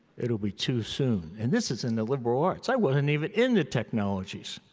it'll be too soon. and this is in the liberal arts. i wasn't even in the technologies.